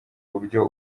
buryo